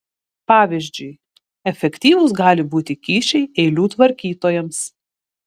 pavyzdžiui efektyvūs gali būti kyšiai eilių tvarkytojams